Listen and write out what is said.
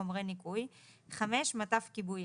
חומרי ניקוי.